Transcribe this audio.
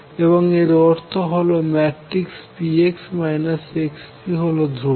এবং এর অর্থ হল matrix p x x p হল ধ্রুবক